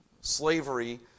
slavery